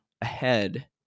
ahead